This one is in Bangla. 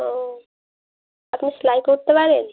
ও আপনি সেলাই করতে পারেন